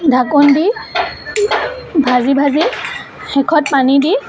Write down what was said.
ঢাকোন দি ভাজি ভাজি শেষত পানী দি